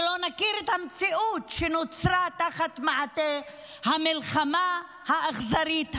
ולא נכיר את המציאות שנוצרה תחת מעטה המלחמה האכזרית הזו.